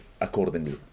accordingly